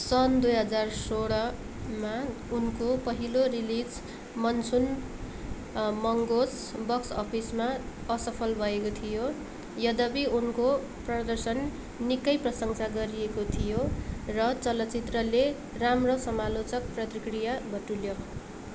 सन् दुई हजार सोह्रमा उनको पहिलो रिलिज मनसुन मङ्गोस बक्स अफिसमा असफल भएको थियो यद्यपि उनको प्रदर्शन निकै प्रशंसा गरिएको थियो र चलचित्रले राम्रो समालोचक प्रतिक्रिया बटुल्यो